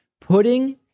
Putting